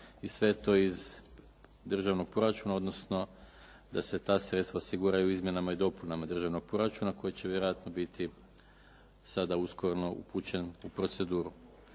i sve to iz državnog proračuna, odnosno da se ta sredstva osiguraju izmjenama i dopunama državnog proračuna koji će vjerojatno biti sada uskoro upućen u proceduru.